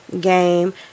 game